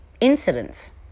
incidents